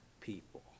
people